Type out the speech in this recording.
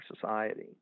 society